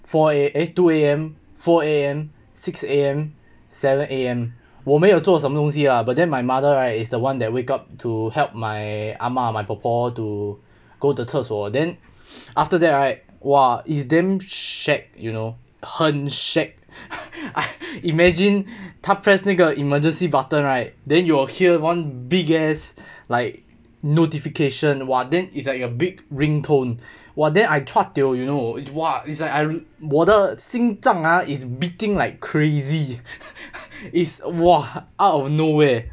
four A eh two A_M four A_M six A_M seven A_M 我没有做什么东西 ah but then my mother right is the [one] that wake up to help my ah ma my po po to go the 厕所 then after that right !wah! it's damn shag you know 很 shag imagine 他 press 那个 emergency button right then you will hear one big ass like notification !wah! then it's like a big ring tone !wah! then I cua tio you know !wah! it's like I really 我的心脏啊 is beating like crazy is !wah! out of nowhere